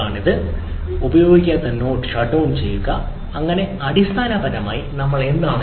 ഉപയോഗിക്കാത്ത node shutdown ചെയ്യുക അങ്ങനെ അടിസ്ഥാനപരമായി നമ്മൾ എന്താണ് ചെയ്യുന്നത്